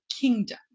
kingdom